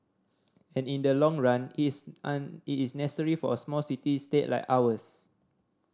and in the long run it's an it's necessary for a small city state like ours